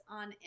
on